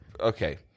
Okay